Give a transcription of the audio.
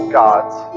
gods